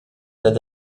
dad